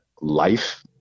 life